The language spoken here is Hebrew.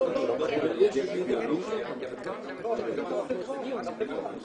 עד כמה הקרינה הזאת